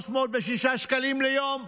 306 שקלים ליום?